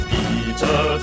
Peter